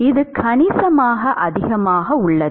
இது கணிசமாக அதிகமாக உள்ளது